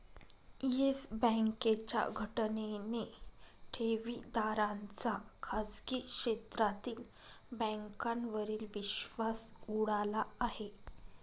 yes बँकेच्या घटनेने ठेवीदारांचा खाजगी क्षेत्रातील बँकांवरील विश्वास उडाला आहे